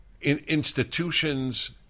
institutions